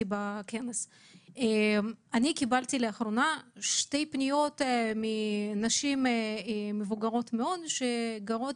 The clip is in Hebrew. אני קיבלתי לאחרונה שתי פניות מנשים מבוגרות מאוד שגרות